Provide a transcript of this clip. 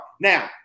now